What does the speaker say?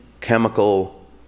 chemical